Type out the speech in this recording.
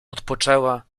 odpoczęła